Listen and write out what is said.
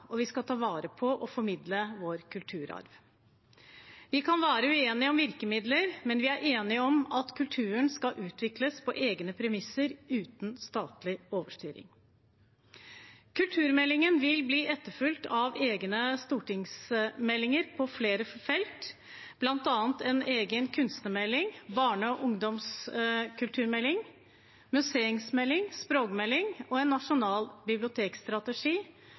og vi skal ta vare på og formidle vår kulturarv. Vi kan være uenig om virkemidler, men vi er enig om at kulturen skal utvikles på egne premisser og uten statlig overstyring. Kulturmeldingen vil bli etterfulgt av egne stortingsmeldinger på flere felt, bl.a. en egen kunstnermelding, barne- og ungdomskulturmelding, museumsmelding, språkmelding, en nasjonal bibliotekstrategi,